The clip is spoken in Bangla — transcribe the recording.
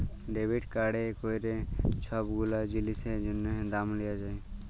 ডেবিট কাড়ে ক্যইরে ছব গুলা জিলিসের জ্যনহে দাম দিয়া যায়